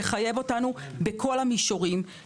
והיא תחייב אותנו בכל המישורים.